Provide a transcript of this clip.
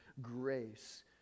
grace